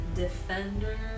Defender